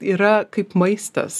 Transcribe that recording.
yra kaip maistas